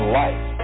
life